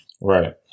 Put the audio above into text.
Right